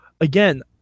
Again